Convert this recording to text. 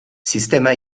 sistema